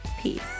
Peace